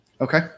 Okay